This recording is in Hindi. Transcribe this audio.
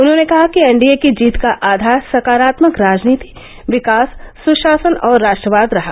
उन्होंने कहा कि एनडीए की जीत का आधार सकारात्मक राजनीति विकास सुषासन और राश्ट्रवाद रहा